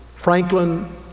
Franklin